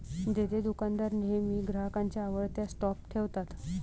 देतेदुकानदार नेहमी ग्राहकांच्या आवडत्या स्टॉप ठेवतात